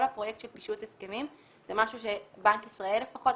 כל הפרויקט של פישוט הסכמים זה משהו שבנק ישראל לפחות,